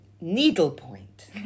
needlepoint